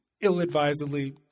ill-advisedly